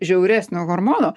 žiauresnio hormono